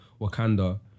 Wakanda